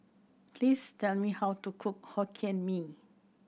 please tell me how to cook Hokkien Mee